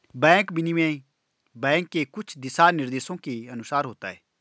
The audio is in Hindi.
बैंक विनिमय बैंक के कुछ दिशानिर्देशों के अनुसार होता है